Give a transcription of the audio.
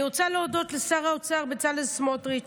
אני רוצה להודות לשר האוצר בצלאל סמוטריץ',